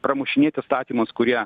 pramušinėt įstatymus kurie